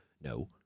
No